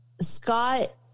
Scott